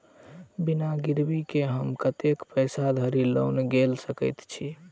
बिना गिरबी केँ हम कतेक पैसा धरि लोन गेल सकैत छी?